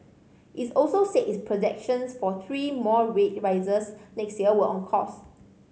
it also said its projections for three more rate rises next year were on course